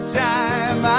time